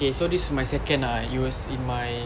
okay so this my second ah it was in my